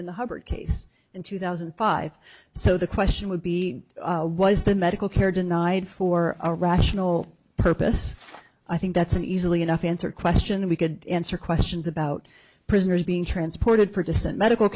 in the hubbard case in two thousand and five so the question would be was the medical care denied for a rational purpose i think that's an easily enough answer question that we could answer questions about prisoners being transported